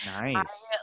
Nice